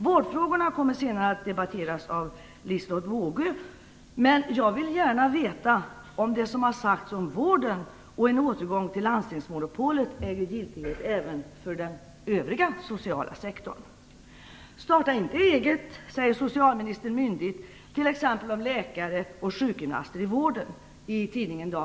Vårdfrågorna kommer senare att tas upp av Liselotte Wågö, men jag vill gärna veta om det som har sagts om vården och om en återgång till landstingsmonopolet äger giltighet även för den övriga sociala sektorn. "Starta inte eget", säger socialministern i tidningen Dagens Medicin myndigt, t.ex. om läkare och sjukgymnaster i vården.